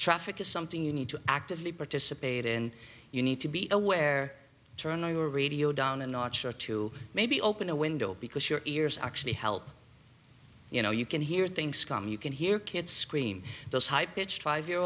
traffic is something you need to actively participate in you need to be aware turn on your radio down a notch or two maybe open a window because your ears actually help you know you can hear things calm you can hear kids scream those high pitched five year